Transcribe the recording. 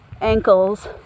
ankles